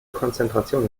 konzentration